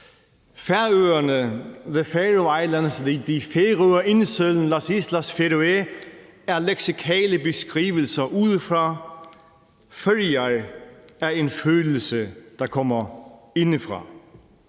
Färöer-Inseln, las Islas Feroe er leksikale beskrivelser udefra; Føroyar er en følelse, der kommer indefra.